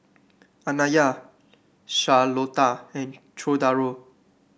Anaya Charlotta and Cordaro